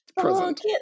present